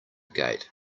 gate